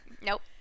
nope